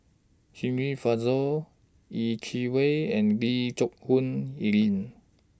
Shirin Fozdar Yeh Chi Wei and Lee Geck Hoon Ellen